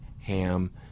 ham